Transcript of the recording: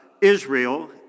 Israel